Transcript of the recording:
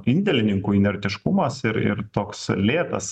indėlininkų inertiškumas ir ir toks lėtas